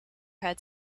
had